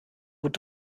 gut